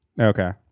okay